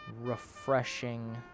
Refreshing